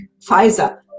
Pfizer